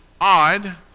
odd